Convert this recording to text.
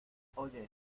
oye